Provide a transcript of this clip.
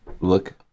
look